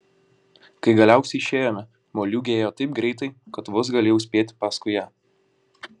kai galiausiai išėjome moliūgė ėjo taip greitai kad vos galėjau spėti paskui ją